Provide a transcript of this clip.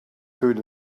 food